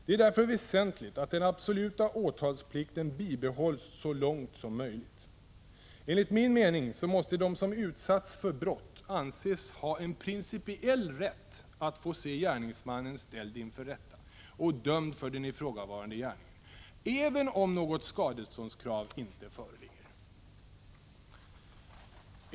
Det är därför väsentligt att den absoluta åtalsplikten bibehålls så långt detta är möjligt. Enligt min mening måste de som utsatts för brott anses ha en principiell rätt att få se gärningsmannen ställd inför rätta och dömd för den ifrågavarande gärningen — även om något skadeståndskrav inte föreligger.